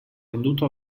venduto